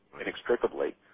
inextricably